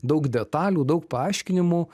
daug detalių daug paaiškinimų